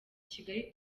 kigali